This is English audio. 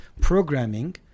programming